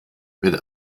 mit